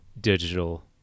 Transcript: digital